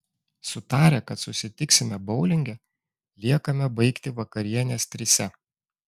sutarę kad susitiksime boulinge liekame baigti vakarienės trise